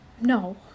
No